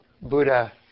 Buddha